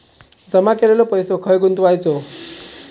जमा केलेलो पैसो खय गुंतवायचो?